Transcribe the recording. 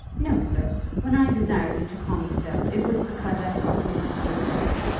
no, sir when i desired you to call me so, it was because i thought you were to be a brother.